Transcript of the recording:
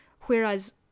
whereas